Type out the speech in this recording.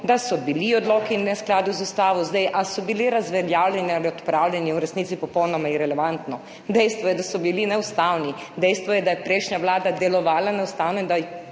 da so bili odloki v neskladju z ustavo, ali so bili razveljavljeni ali odpravljeni je v resnici popolnoma irelevantno, dejstvo je, da so bili neustavni, dejstvo je, da je prejšnja vlada delovala neustavno in da